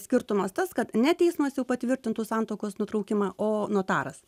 skirtumas tas kad ne teismas jau patvirtintų santuokos nutraukimą o notaras